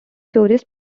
tourist